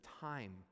time